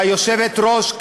והיושבת-ראש,